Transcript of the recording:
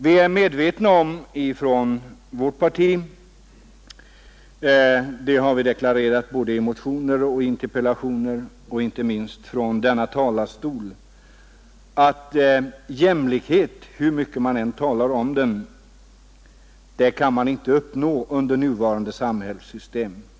Vi är inom vårt parti medvetna om — det har vi deklarerat i både motioner och interpellation och inte minst från denna talarstol — att jämlikhet, hur mycket man än talar om den, kan inte uppnås under nuvarande samhällssystem.